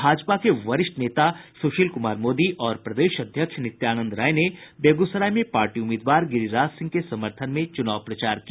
भाजपा के वरिष्ठ नेता सुशील कुमार मोदी और प्रदेश अध्यक्ष नित्यानंद राय ने बेगूसराय में पार्टी उम्मीदवार गिरिराज सिंह के समर्थन में चुनाव प्रचार किया